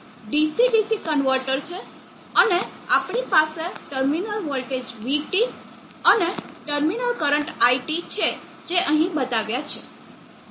તો આ DC DC converter છે અને આપણી પાસે ટર્મિનલ વોલ્ટેજ Vt અને ટર્મિનલ કરંટ It છે જે અહીં બતાવ્યા પ્રમાણે છે